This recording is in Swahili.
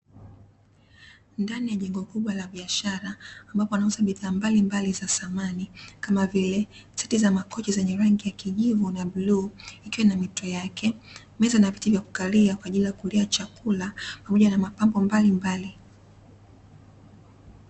Ndani ya jengo kubwa la biashara ambapo wanauza bidhaa mbalimbali za samani, kama vile: seti za makochi zenye rangi ya kijivu na bluu ikiwa na mito yake, meza na viti vya kukalia kwa ajili ya kulia chakula pamoja na mapambo mbalimbali.